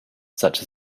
such